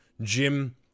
Jim